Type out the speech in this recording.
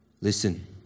listen